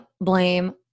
blame